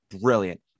brilliant